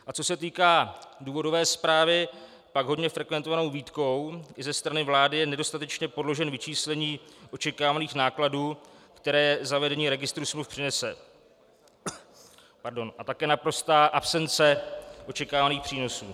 A co se týká důvodové zprávy, pak hodně frekventovanou výtkou i ze strany vlády je nedostatečně podložené vyčíslení očekávaných nákladů, které zavedení registru smluv přinese, a také naprostá absence očekávaných přínosů.